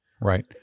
Right